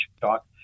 talk